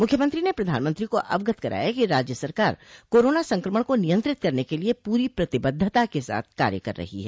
मुख्यमंत्री ने प्रधानमंत्री को अवगत कराया कि राज्य सरकार कोरोना संक्रमण को नियंत्रित करने के लिए पूरी प्रतिबद्धता के साथ कार्य कर रही है